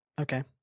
Okay